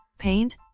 paint